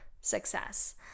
success